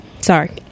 Sorry